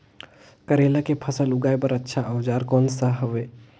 करेला के फसल उगाई बार अच्छा औजार कोन सा हवे?